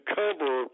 cover